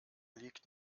liegt